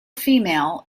female